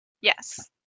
yes